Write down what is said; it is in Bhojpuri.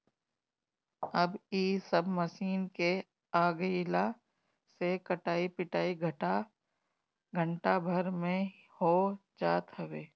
अब इ सब मशीन के आगइला से कटाई पिटाई घंटा भर में हो जात हवे